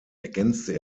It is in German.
ergänzte